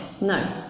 no